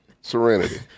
Serenity